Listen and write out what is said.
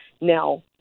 now